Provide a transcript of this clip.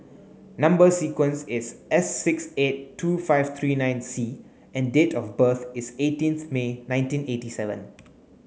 number sequence is S six eight two five three nine C and date of birth is eighteenth May nineteen eighty seven